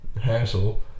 hassle